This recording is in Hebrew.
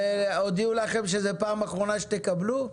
והודיעו לכם שזה פעם אחרונה שתקבלו?